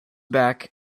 back